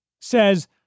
says